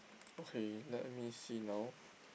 okay let me see now